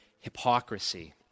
hypocrisy